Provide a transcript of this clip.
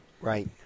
Right